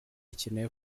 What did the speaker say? ikeneye